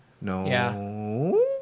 No